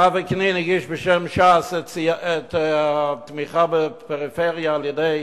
הרב וקנין הגיש בשם ש"ס את התמיכה בפריפריה על-ידי